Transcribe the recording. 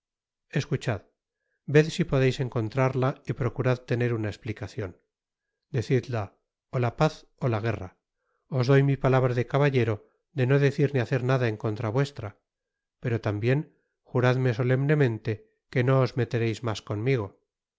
escuchad ved si podeis encontrarla y procurad tener una esplicacion decidla ó a paz ó la guerra os doy mi palabra de caballero de no decir ni hacer nada en contra vuestra pero tambien juradme solemnemente que no os metereis mas conmigo